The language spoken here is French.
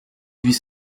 huit